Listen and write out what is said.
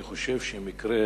אני חושב שבמקרה